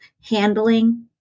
handling